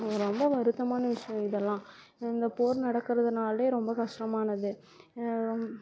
ரொம்ப வருத்தமான விஷயம் இதெல்லாம் அங்கே போர் நடக்கிறதுனாலே ரொம்ப கஷ்டமானது